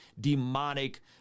demonic